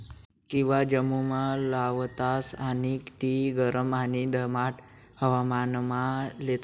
kiwi जम्मुमा लावतास आणि ती गरम आणि दमाट हवामानमा लेतस